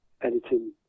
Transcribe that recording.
editing